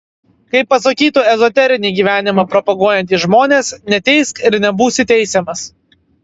kaip pasakytų ezoterinį gyvenimą propaguojantys žmonės neteisk ir nebūsi teisiamas